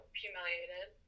humiliated